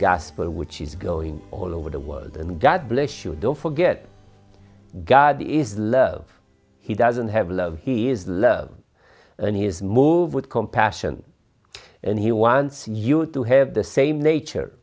gospel which is going all over the world and god bless you don't forget god is love he doesn't have love he is love and he is moved with compassion and he wants you to have the same nature